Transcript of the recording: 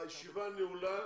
הישיבה נעולה.